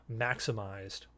maximized